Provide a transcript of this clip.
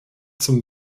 zum